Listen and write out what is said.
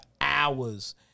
hours